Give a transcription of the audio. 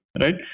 right